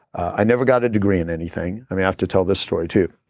i never got a degree in anything. i have to tell this story too.